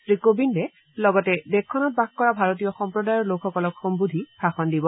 শ্ৰীকোবিন্দে লগতে দেশখনত বাস কৰা ভাৰতীয় সম্প্ৰদায়ৰ লোকসকলক সম্বোধি ভাষণ দিব